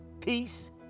peace